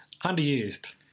Underused